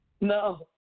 No